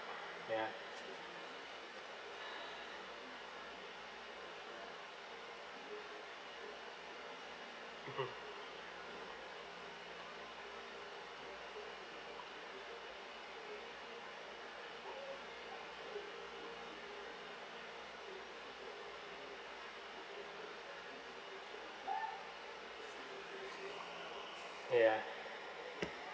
ya mmhmm ya